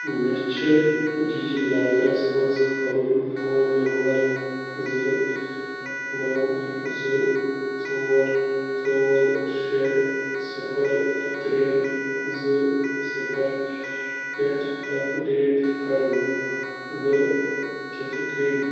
مےٚ چھُ digi lockers منٛز پنُن فون نمبر زٕ نَو زٕ ژور ژور شےٚ صِفر ترٛےٚ زٕ صِفر پٮ۪ٹھ اپڈیٹ کَرُن بہٕ کِتھ کٔنۍ